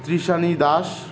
Trishani Das